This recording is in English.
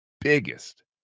biggest